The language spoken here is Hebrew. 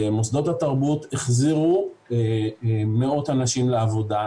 מוסדות התרבות החזירו מאות אנשים לעבודה,